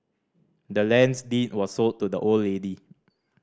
the land's deed was sold to the old lady